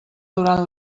durant